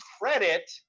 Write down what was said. credit